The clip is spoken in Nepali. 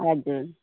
हजुर